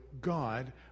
God